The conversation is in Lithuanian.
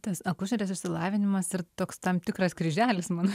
tas akušerės išsilavinimas ir toks tam tikras kryželis mano